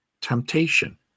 temptation